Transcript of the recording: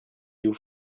you